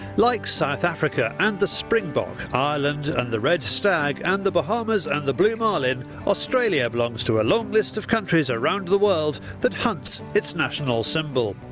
like south africa and the springbok, ireland and the red stag, and the bahamas and the blue marlin, australia belongs to a long list of countries around the world that hunts its national symbol.